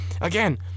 again